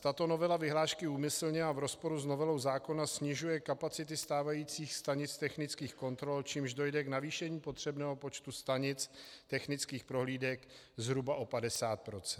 Tato novela vyhlášky úmyslně a v rozporu s novelou zákona snižuje kapacity stávajících stanic technických kontrol, čímž dojde k navýšení potřebného počtu stanic technických prohlídek zhruba o 50 %.